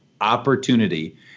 opportunity